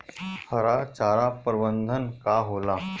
हरा चारा प्रबंधन का होला?